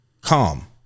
calm